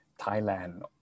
Thailand